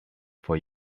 for